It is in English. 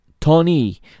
Tony